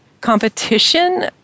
competition